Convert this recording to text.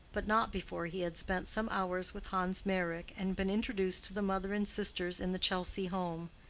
but not before he had spent some hours with hans meyrick, and been introduced to the mother and sisters in the chelsea home.